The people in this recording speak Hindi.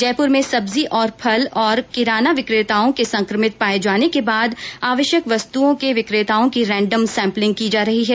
जयपूर में सब्जी फल और किराना विक्रेताओं के संक्रभित पाये जाने के बाद आवश्यक वस्तुओं के विक्रेताओं की रैडम सैम्पलिंग की जा रही है